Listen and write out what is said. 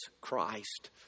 Christ